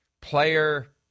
Player